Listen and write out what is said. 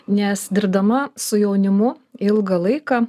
nes dirbdama su jaunimu ilgą laiką